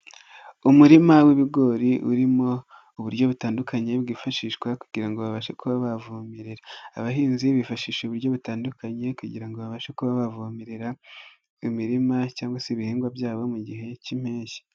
Umurima w'ibigori urimo uburyo butandukanye bwifashishwa kugirango ngo babashe kuba bavomerera, abahinzi bifashisha uburyo butandukanye kugira ngo babashe kubavomerera imirima cyangwa se ibihingwa byabo, mu gihe cy'impeshyi.